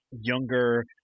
younger